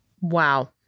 Wow